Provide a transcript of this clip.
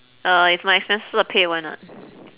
uh if my expenses were paid why not